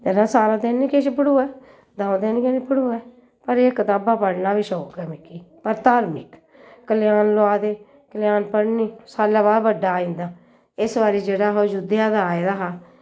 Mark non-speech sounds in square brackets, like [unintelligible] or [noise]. [unintelligible] सारा दिन निं किश पढ़ोऐ द'ऊं दिन गै निं पढ़ोऐ पर एह् कताबां पढ़ना दा वी शौंक ऐ मिगी पर धार्मिक कलेआन लोआ दे कलेआन पढ़नी साल्ले बाद बड्डा आई जंदा इस बारी जेह्ड़ा हा ओह् अयोध्या दा आए दा हा